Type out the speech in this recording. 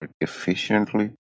efficiently